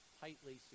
tightly